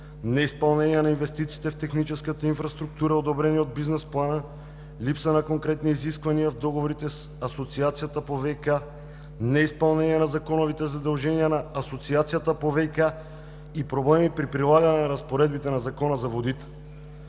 неизпълнение на инвестициите в техническата инфраструктура, одобрени от бизнес плана; липса на конкретни изисквания в договорите с Асоциацията по ВиК; неизпълнение на законовите задължения на Асоциацията по ВиК, и проблеми при прилагането на разпоредбите на Закона за водите.